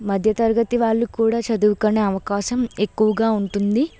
మధ్యతరగతి వాళ్లు కూడా చదువుకునే అవకాశం ఎక్కువగా ఉంటుంది